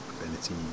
ability